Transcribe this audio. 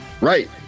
Right